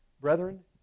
brethren